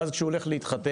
ואז כשהוא הולך להתחתן?